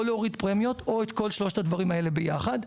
או להוריד פרמיות או את כל שלושת הדברים האלה ביחד,